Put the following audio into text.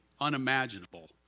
unimaginable